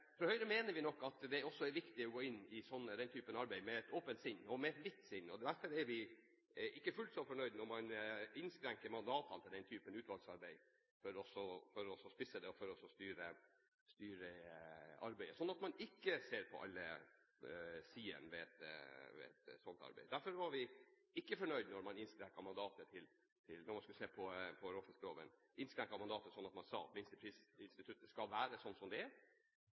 også er viktig å gå inn i den typen arbeid med et åpent og vidt sinn. Derfor er vi ikke fullt så fornøyde når man innskrenker mandatene til den typen utvalgsarbeid for å spisse det, og for å styre arbeidet, slik at man ikke ser på alle sidene ved et sånt arbeid. Derfor var vi ikke fornøyde med at man innskrenket mandatet når man skulle se på råfiskloven: Man innskrenket mandatet ved å si at minsteprisinstituttet skal være slik det er. Man kunne vært så raus at man ba om en videre gjennomgang. Det kan være et godt spørsmål hva minsteprisinstituttet, slik det er